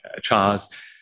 Charles